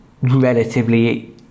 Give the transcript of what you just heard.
relatively